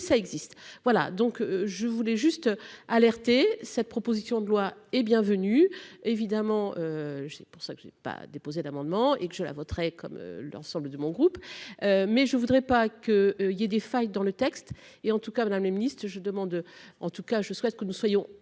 ça existe. Voilà donc je voulais juste alerter cette proposition de loi et bienvenue évidemment. C'est pour ça que j'ai pas déposé d'amendement et que je la voterai comme l'ensemble de mon groupe. Mais je voudrais pas qu'il y a des failles dans le texte et en tout cas la même liste je demande en tout cas je souhaite que nous soyons